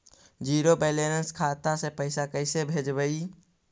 Zero balance खाता से पैसा कैसे भेजबइ?